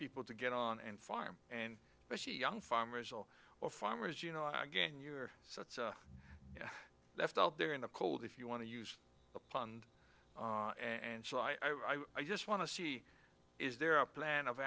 people to get on and farm and but she young farmers all or farmers you know i again you're such left out there in the cold if you want to use a pond and so i would i just want to see is there a plan of